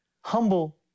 humble